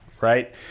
Right